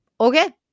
okay